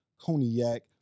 Cognac